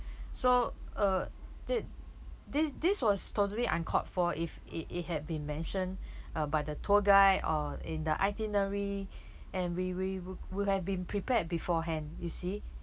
so uh thi~ this this was totally uncalled for if it it had been mentioned uh by the tour guide or in the itinerary and we we we will have been prepared beforehand you see